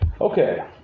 Okay